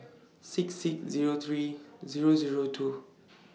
six six Zero three Zero Zero two